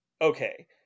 okay